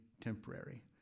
temporary